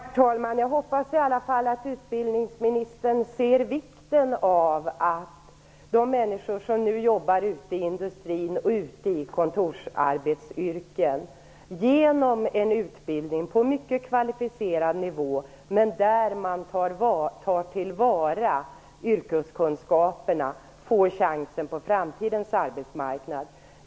Herr talman! Jag hoppas i alla fall att utbildningsministern är medveten om vikten av att de människor som nu jobbar ute i industrin och i kontorsarbetsyrken, genom en utbildning på mycket kvalificerad nivå men där man tar till vara yrkeskunskaperna, får chansen på framtidens arbetsmarknad.